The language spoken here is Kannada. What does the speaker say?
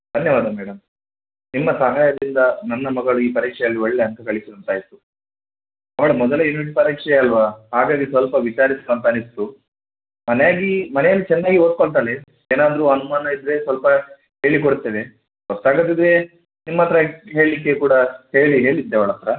ಧನ್ಯವಾದ ಮೇಡಮ್ ನಿಮ್ಮ ಸಹಾಯದಿಂದ ನನ್ನ ಮಗಳು ಈ ಪರೀಕ್ಷೆಯಲ್ಲಿ ಒಳ್ಳೆಯ ಅಂಕ ಗಳಿಸಿದಂತಾಯಿತು ಅವಳ ಮೊದಲ ಯೂನಿಟ್ ಪರೀಕ್ಷೆ ಅಲ್ವಾ ಹಾಗಾಗಿ ಸ್ವಲ್ಪ ವಿಚಾರಿಸುವ ಅಂತ ಅನ್ನಿಸ್ತು ಮನೆಯಲ್ಲಿ ಮನೆಯಲ್ಲಿ ಚೆನ್ನಾಗಿ ಓದ್ಕೊಳ್ತಾಳೆ ಏನಾದರೂ ಅನುಮಾನ ಇದ್ದರೆ ಸ್ವಲ್ಪ ಹೇಳಿಕೊಡ್ತೇವೆ ಗೊತ್ತಾಗದಿದ್ದರೆ ನಿಮ್ಮ ಹತ್ರ ಹೇಳಲಿಕ್ಕೆ ಕೂಡ ಹೇಳಿ ಹೇಳಿದ್ದೆ ಅವಳ ಹತ್ರ